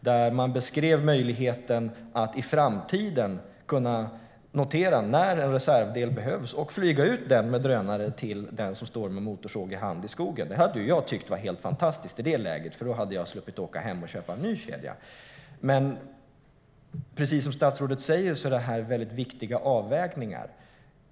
Där beskrev man att man i framtiden skulle kunna ha möjlighet att notera när en reservdel behövs och flyga ut den med drönare till den som står med motorsågen i hand i skogen. Det hade varit fantastiskt i det läge jag befann mig, för då hade jag sluppit åka hem och köpa ny kedja. Precis som statsrådet säger är detta väldigt viktiga avvägningar.